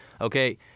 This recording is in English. Okay